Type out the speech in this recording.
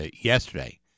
yesterday